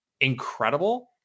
incredible